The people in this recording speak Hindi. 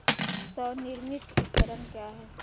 स्वनिर्मित उपकरण क्या है?